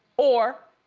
or